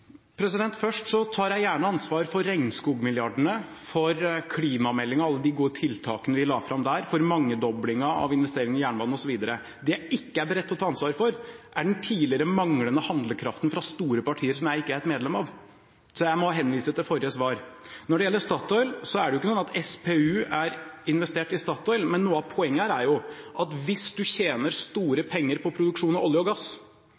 Først tar jeg gjerne ansvar for regnskogsmilliardene, for klimameldingen og alle de gode tiltakene vi la fram der, for mangedoblingen av investeringen i jernbanen osv. Det jeg ikke er beredt til å ta ansvar for, er den tidligere manglende handlekraften fra store partier, som jeg ikke er et medlem av. Så jeg må henvise til forrige svar. Når det gjelder Statoil, er det ikke sånn at SPU er investert i Statoil, men noe av poenget her er at hvis en tjener store penger på produksjon av olje og gass,